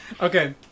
Okay